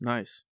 Nice